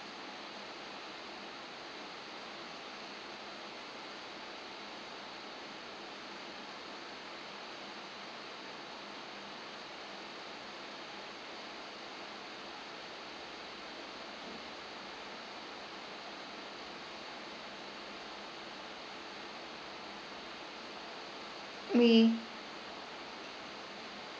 we